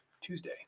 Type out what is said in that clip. Tuesday